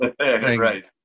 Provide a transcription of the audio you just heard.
right